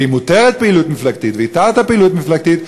ואם מותרת פעילות מפלגתית ויש התרת פעילות מפלגתית,